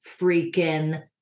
freaking